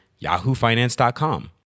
yahoofinance.com